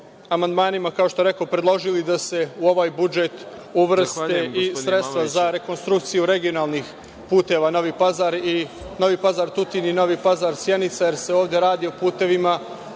amandmanima, kako što rekoh, predložili da se u ovaj budžet uvrste i sredstva za rekonstrukciju regionalnih puteva Novi Pazar i Novi Pazar-Tutin i Novi Pazar-Sjenica, jer se ovde radi o putevima